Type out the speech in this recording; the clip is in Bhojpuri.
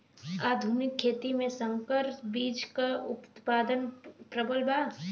आधुनिक खेती में संकर बीज क उतपादन प्रबल बा